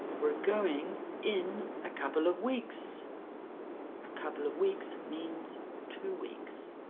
we're going in a couple of weeks a couple of weeks means two weeks